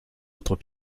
autres